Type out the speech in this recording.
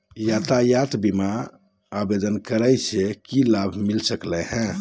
यातायात बीमा महिना आवेदन करै स की लाभ मिलता सकली हे?